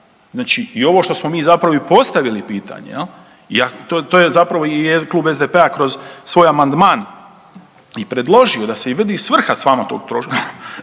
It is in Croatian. znači ovo što smo mi zapravo i postavili pitanje, jel, to je zapravo i klub SDP-a kroz svoj amandman i predložio, da se i vidi svrha stvarnog tog troška,